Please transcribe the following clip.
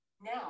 Now